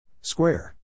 Square